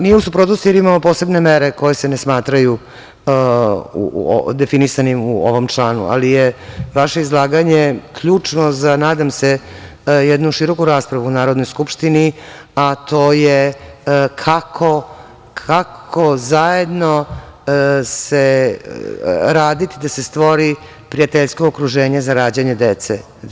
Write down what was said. Nije u suprotnosti, jer imamo posebne mere koje se ne smatraju definisanim u ovom članu, ali je vaše izlaganje ključno za, nadam se, jednu široku raspravu u Narodnoj skupštini, a to je kako zajedno raditi da se stvori prijateljsko okruženje za rađanje dece.